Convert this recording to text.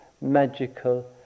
magical